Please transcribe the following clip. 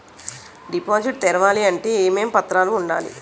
Deposit తెరవాలి అంటే ఏమేం పత్రాలు ఉండాలి?